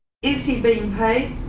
is he being paid?